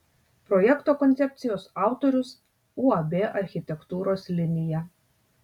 projekto koncepcijos autorius uab architektūros linija